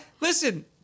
listen—